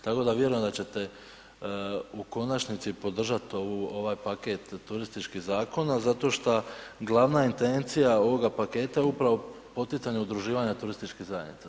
Tako da vjerujem da ćete u konačnici podržat ovu, ovaj paket turističkih zakona zato šta glavna intencija ovoga paketa je upravo poticanje udruživanja turističkih zajednica.